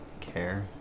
care